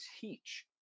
teach